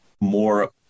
more